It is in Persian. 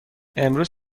امروز